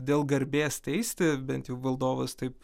dėl garbės teisti bent jau valdovas taip